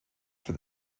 for